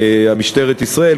משטרת ישראל,